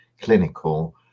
clinical